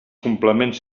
complements